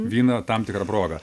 vyno tam tikra proga